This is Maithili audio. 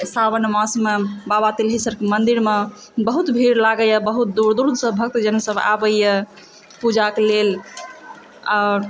सावन मासमे बाबा तिल्हेश्वरके मन्दिरमे बहुत भीड़ लागैत यऽ बहुत दूर दूर सँ भक्तजन सब आबैए पूजाके लेल आओर